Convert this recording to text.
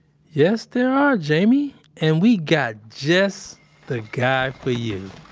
yes there are, jamie. and we got just the guy for you.